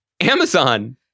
Amazon